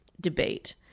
debate